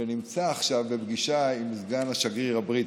שנמצא עכשיו בפגישה עם סגן השגריר הבריטי.